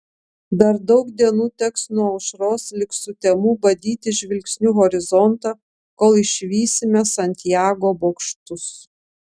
dar daug dienų teks nuo aušros lig sutemų badyti žvilgsniu horizontą kol išvysime santjago bokštus